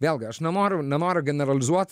vėlgi aš nenoriu nenoriu generalizuot